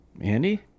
Andy